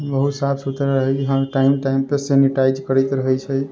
बहुत साफ सुथरा रहै यहाँ टाइम टाइम पर सैनिटाइज करैत रहैत छै